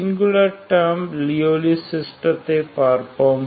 singular Sturm Liouville சிஸ்டத்தை பார்ப்போம்